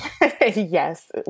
Yes